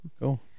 cool